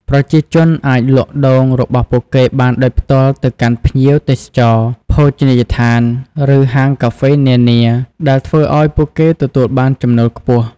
ប្រជាជនអាចលក់ដូងរបស់ពួកគេបានដោយផ្ទាល់ទៅកាន់ភ្ញៀវទេសចរ ភោជនីយដ្ឋាន ឬហាងកាហ្វេនានា ដែលធ្វើឲ្យពួកគេទទួលបានចំណូលខ្ពស់។